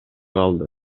калды